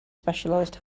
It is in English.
specialized